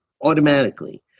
automatically